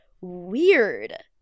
Weird